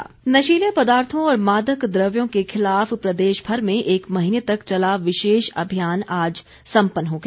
marathon नशीले पदार्थों और मादक द्रव्यों के खिलाफ प्रदेशभर में एक महीने तक चला विशेष अभियान आज सम्पन्न हो गया